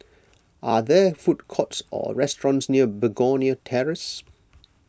are there food courts or restaurants near Begonia Terrace